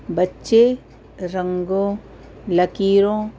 بچے رنگوں لکیروں